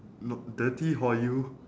nope dirty hor you